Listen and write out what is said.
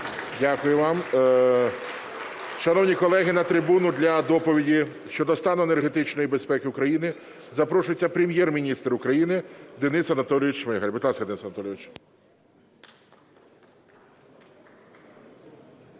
Дякую вам. Шановні колеги, на трибуну для доповіді щодо стану енергетичної безпеки України запрошується Прем'єр-міністр України Денис Анатолійович Шмигаль. Будь ласка, Денис Анатолійович.